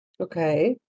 Okay